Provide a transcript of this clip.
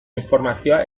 informazioa